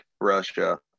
Russia